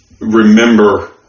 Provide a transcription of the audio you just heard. remember